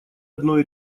одной